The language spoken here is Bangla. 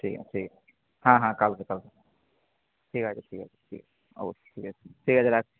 ঠিক আছে ঠিক আছে হ্যাঁ হ্যাঁ কালকে কালকে ঠিক আছে ঠিক আছে ঠিক আছে অবশ্যই ঠিক আছে ঠিক আছে রাখছি